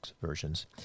versions